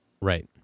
Right